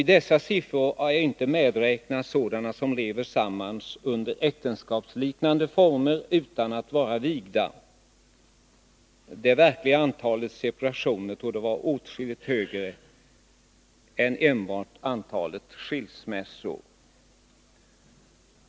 I dessa siffror har inte medräknats sådana som lever tillsammans under äktenskapsliknande förhållanden utan att vara vigda. Det verkliga antalet separationer torde således vara åtskilligt högre än enbart antalet skilsmässor.